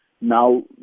Now